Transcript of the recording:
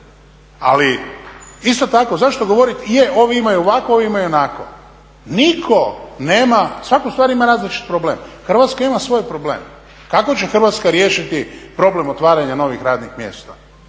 Ali isto tako zašto govorit je ovi imaju ovako, ovi imaju onako. Nitko nema, svatko ustvari ima različit problem. Hrvatska ima svoj problem. Kako će Hrvatska riješiti problem otvaranja novih radnih mjesta?